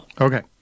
Okay